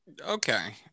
okay